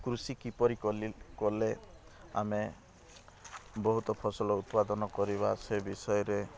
କୃଷି କିପରି କଲି କଲେ ଆମେ ବହୁତ ଫସଲ ଉତ୍ପାଦନ କରିବା ସେ ବିଷୟରେ